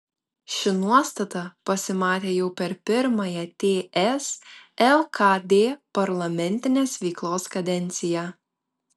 ši nuostata pasimatė jau per pirmąją ts lkd parlamentinės veiklos kadenciją